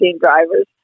drivers